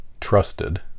trusted